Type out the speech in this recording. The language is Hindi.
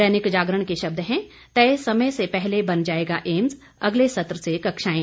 दैनिक जागरण के शब्द हैं तय समय से पहले बन जाएगा एम्स अगले सत्र से कक्षाएं